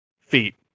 feet